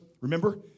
Remember